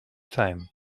time